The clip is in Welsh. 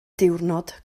diwrnod